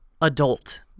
adult